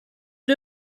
too